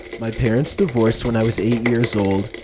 my parents divorced when i was eight years old.